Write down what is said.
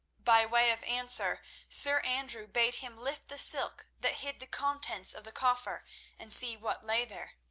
by way of answer sir andrew bade him lift the silk that hid the contents of the coffer and see what lay there.